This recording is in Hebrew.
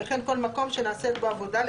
--- וכן כל מקום שנעשית בו עבודה בתוך